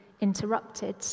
interrupted